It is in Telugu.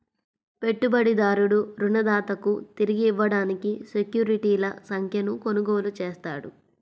పెట్టుబడిదారుడు రుణదాతకు తిరిగి ఇవ్వడానికి సెక్యూరిటీల సంఖ్యను కొనుగోలు చేస్తాడు